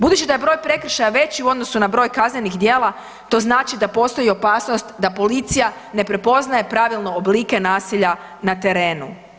Budući da je broj prekršaja veći u odnosu na broj kaznenih djela, to znači da postoji opasnost da policija ne prepoznaje pravilno oblike nasilja na terenu.